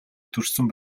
төрсөн